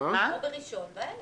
בימים אלה